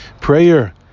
prayer